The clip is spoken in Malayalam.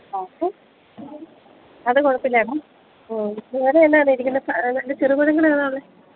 അത് അത് കുഴപ്പം ഇല്ലായിരുന്നു മ്മ് വേറെ എന്നാന്നെ ഇരിക്കുന്നത് ചെറുപഴങ്ങളേതാണ് ഉള്ളത്